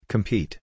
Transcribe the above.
Compete